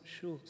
shoes